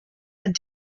and